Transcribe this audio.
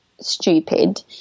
stupid